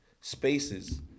spaces